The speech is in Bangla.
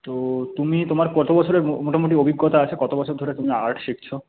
তো তুমি তোমার কত বছরের মোটামুটি অভিজ্ঞতা আছে কত বছর ধরে তুমি আর্ট শিখছ